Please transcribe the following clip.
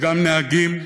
וגם נהגים,